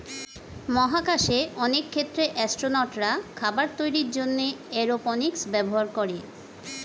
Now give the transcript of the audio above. মহাকাশে অনেক ক্ষেত্রে অ্যাসট্রোনটরা খাবার তৈরির জন্যে এরওপনিক্স ব্যবহার করে